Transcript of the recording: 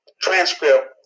transcript